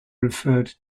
referred